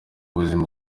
buzima